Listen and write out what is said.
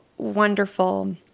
wonderful